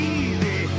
easy